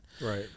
right